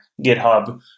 GitHub